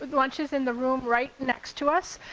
but lunch is in the room right next to us.